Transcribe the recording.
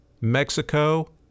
Mexico